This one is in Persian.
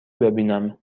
ببینم